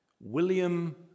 William